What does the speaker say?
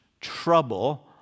trouble